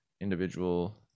individual